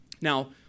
Now